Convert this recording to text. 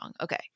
Okay